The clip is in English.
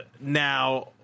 now